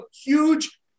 huge